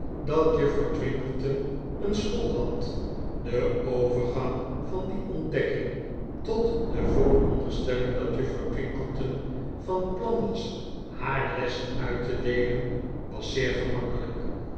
dat juffrouw twinkleton een school had de overgang van die ontdekking tot de vooronderstelling dat juffrouw twinkleton van plan was haar lessen uit te deelen was zeer gemakkelyk